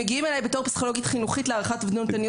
כפסיכולוגית חינוכית, מגיעים אליי להערכת אובדנות.